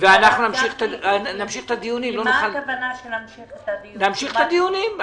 מה הכוונה שנמשיך את הדיונים?